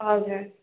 हजुर